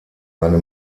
eine